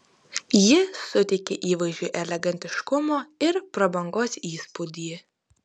ji suteikia įvaizdžiui elegantiškumo ir prabangos įspūdį